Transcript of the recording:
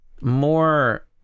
more